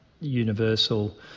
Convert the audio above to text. Universal